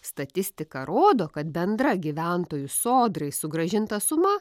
statistika rodo kad bendra gyventojų sodrai sugrąžinta suma